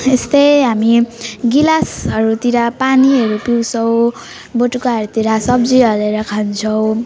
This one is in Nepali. यस्तै हामी ग्लासहरूतिर पानीहरू पिउँछौँ बटुकाहरूतिर सब्जी हालेर खान्छौँ